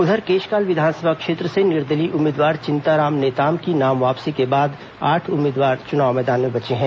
उधर केशकाल विधानसभा क्षेत्र से निर्दलीय उम्मीदवार चिंताराम नेताम की नाम वापसी के बाद आठ उम्मीदवार चुनाव मैदान में बचे हैं